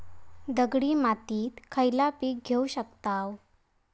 दगडी मातीत खयला पीक घेव शकताव?